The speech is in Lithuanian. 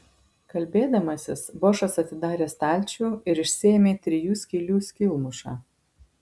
kalbėdamasis bošas atidarė stalčių ir išsiėmė trijų skylių skylmušą